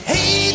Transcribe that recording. Hey